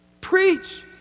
Preach